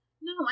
No